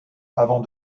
avant